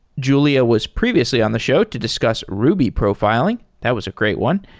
julia was previously on the show to discuss ruby profiling. that was a great one,